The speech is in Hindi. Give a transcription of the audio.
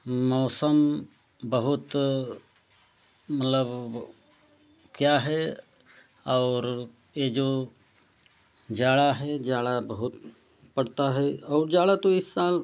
मौसम बहुत मतलब क्या है और ए जो जाड़ा है जाड़ा बहुत पड़ता है और जाड़ा तो इस साल